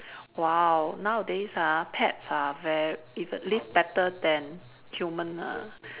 !wow! nowadays ah pets are ver~ even live better than human ah